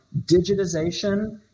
digitization